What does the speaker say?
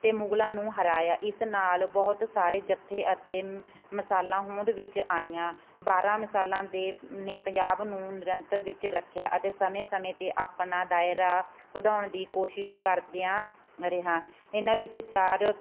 ਅਤੇ ਮੁਗਲਾਂ ਨੂੰ ਹਰਾਇਆ ਇਸ ਨਾਲ ਬਹੁਤ ਸਾਰੇ ਜੱਥੇ ਅਤੇ ਮਿਸਾਲਾਂ ਹੋਂਦ ਵਿੱਚ ਆਈਆਂ ਬਾਰਾਂ ਮਿਸਾਲਾਂ ਦੇ ਨੇ ਪੰਜਾਬ ਨੂੰ ਨਿਰੰਤਰ ਵਿੱਚ ਰੱਖਿਆ ਅਤੇ ਸਮੇਂ ਸਮੇਂ 'ਤੇ ਆਪਣਾ ਦਾਇਰਾ ਵਧਾਉਣ ਦੀ ਕੋਸ਼ਿਸ਼ ਕਰਦਿਆਂ ਰਿਹਾ ਇਹਨਾਂ ਵਿੱਚ ਚਾਰ